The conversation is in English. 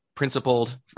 principled